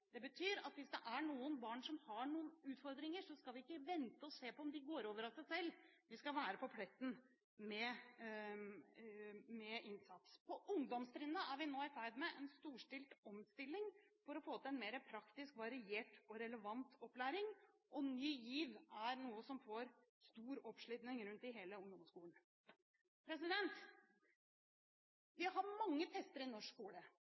Det betyr at hvis det er noen barn som har noen utfordringer, skal vi ikke vente og se om det går over av seg selv. Vi skal være på pletten med innsats. På ungdomstrinnet er vi nå i ferd med en storstilt omstilling for å få til en mer praktisk, variert og relevant opplæring, og Ny GIV er noe som får stor oppslutning rundt om i hele ungdomsskolen. Vi har mange tester i norsk skole,